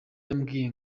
bambwiye